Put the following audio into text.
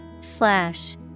Slash